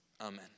Amen